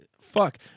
Fuck